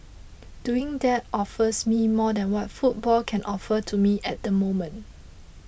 doing that offers me more than what football can offer to me at the moment